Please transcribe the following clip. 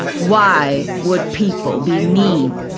why would people be mean?